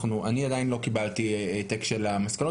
אני עדיין לא קיבלתי העתק של המסקנות